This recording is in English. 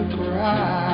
cry